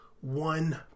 one